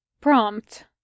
Prompt